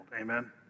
Amen